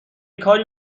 کاری